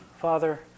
Father